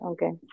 Okay